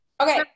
Okay